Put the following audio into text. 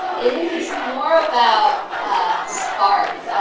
it's more about a spark.